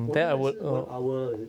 我那时也是 one hour is it